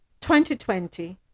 2020